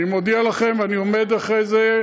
אני מודיע לכם, ואני עומד מאחורי זה.